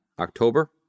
October